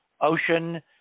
ocean